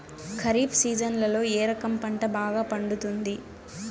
ఖరీఫ్ సీజన్లలో ఏ రకం పంట బాగా పండుతుంది